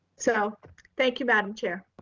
so thank you, madam chair.